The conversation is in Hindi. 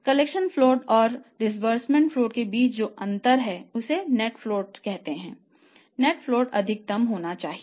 कलेक्शन फ्लोट अधिकतम होना चाहिए